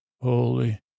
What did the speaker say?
holy